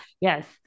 yes